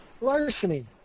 Larceny